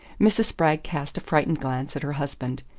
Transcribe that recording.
mrs. spragg cast a frightened glance at her husband.